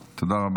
תודה רבה.